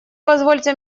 позвольте